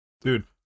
Dude